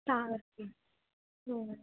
ਤਾਂ ਕਰ ਕੇ ਹੂੰ